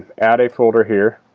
add a folder here.